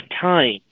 time